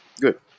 good